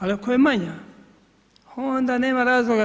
Ali ako je manja, onda nema razloga to.